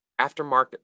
Aftermarket